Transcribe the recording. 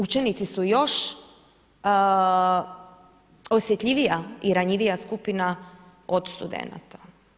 Učenici su još osjetljivija i ranjivija skupina od studenata.